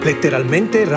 letteralmente